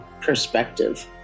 perspective